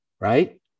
right